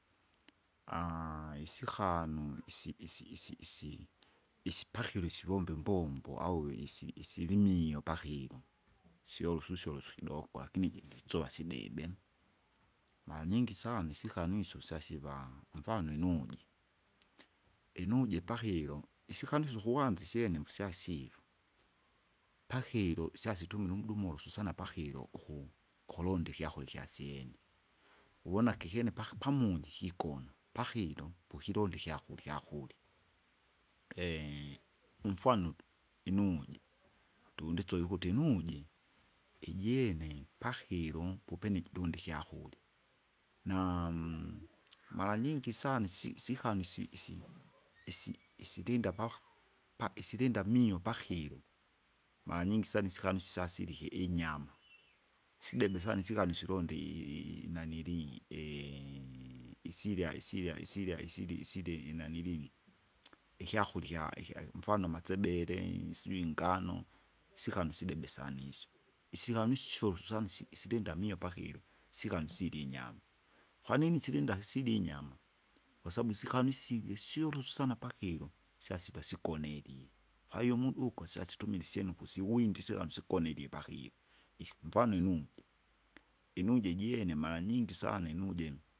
isikanu isi- isi- isi- isi- isipakilo sivomba imbombo au isi- isilimio pakilo. syolosu syolusu ikidokwa lakini jinditsova sidebe. Maranyingi sana isikanu isyo syasivana, mfano inuje, inuje pakilo, isikanuse ukuwanza isyene musyasivi, pakilo syasitumila umdumusu sana pakilo uku- ukulonda ikyakurya ikyasyene, uvonake ikyene paki pamuji kikona, pakilo pokilonda ikyakurya ikyakurya. umfwanu, inuje, tundisova ukuti inuje ijene, pakilo popene jidundi ikyakurya, naamu marnyingi sana isi- sikanu isi- isi- isi- isilinda paki- pa isilinda mio pakilo, maranyingi sana isikanu sisasilike inyama, sidebe sana isikani usilonde i- i- nanilii isilya isilya isilya isilya isila inanilii ikyakurya ikya- ikya- ikyamfano matsebele sijui ingano, sikanu sidebe sana isyo. Isikanu isusyo sana si- silinda mio pakilo, sakanu sili inyama. Kwanini silinda sili inyama, kwasabu sikanu isige syulu sana pakilo, syasipa sigonelile, kwahiyo umudu ukwa syasitumila isyene ukusiwinda isila nsugolie pakilo. Iki mfano inuje, inuje jene maranyingi sana inuje.